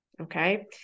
Okay